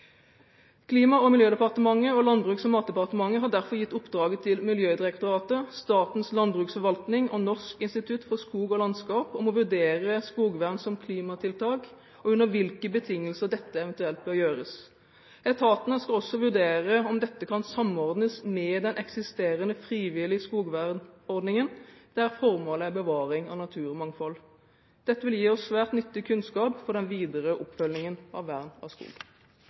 Klima- og miljødepartementet og Landbruks- og matdepartementet har derfor gitt oppdrag til Miljødirektoratet, Statens landbruksforvaltning og Norsk institutt for skog og landskap om å vurdere skogvern som klimatiltak, og under hvilke betingelser dette eventuelt bør gjøres. Etatene skal også vurdere om dette kan samordnes med den eksisterende frivillige skogvernordningen, der formålet er bevaring av naturmangfold. Dette vil gi oss svært nyttig kunnskap for den videre oppfølgingen av vern av skog.